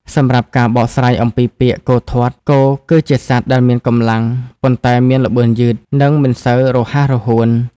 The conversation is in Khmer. សម្រាប់ការបកស្រាយអំពីពាក្យ "គោធាត់" គោគឺជាសត្វដែលមានកម្លាំង ប៉ុន្តែមានល្បឿនយឺត និងមិនសូវរហ័សរហួន។